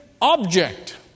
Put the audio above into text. object